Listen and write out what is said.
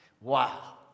Wow